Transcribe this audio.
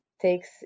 takes